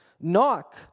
Knock